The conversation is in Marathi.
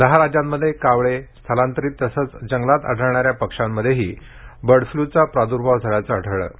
दहा राज्यांमध्ये कावळे स्थलांतरित तसंच जंगलात आढळणाऱ्या पक्ष्यांमध्येही बर्ड फ्लूचा प्रादुर्भाव झाल्याचं आढळलं आहे